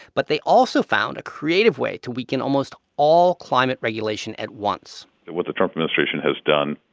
but they also found a creative way to weaken almost all climate regulation at once what the trump administration has done